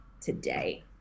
today